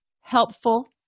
helpful